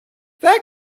that